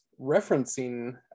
referencing